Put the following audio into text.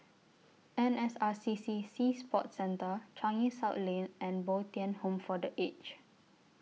N S R C C Sea Sports Centre Changi South Lane and Bo Tien Home For The Aged